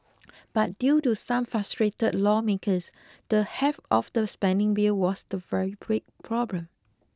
but due to some frustrated lawmakers the heft of the spending bill was the very problem